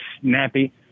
snappy